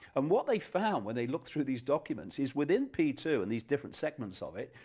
um what they found when they look through these documents, is within p two and these different segments of it,